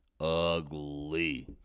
ugly